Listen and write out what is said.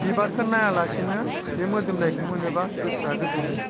बिबारखौ नायालासेनो बे मोदोमनायखौ मोनोबा गोसोआ गोजोनो